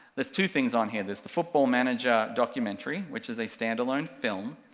there's two things on here, there's the football manager documentary, which is a standalone film,